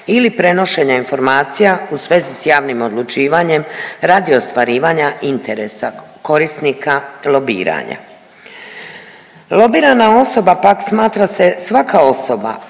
ili prenošenja informacija u svezi s javnim odlučivanjem radi ostvarivanja interesa korisnika lobiranja. Lobirana osoba pak smatra se svaka osoba